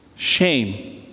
shame